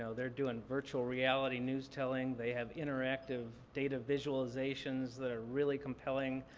ah they're doing virtual reality news telling. they have interactive data visualizations that are really compelling.